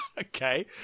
okay